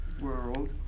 world